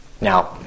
Now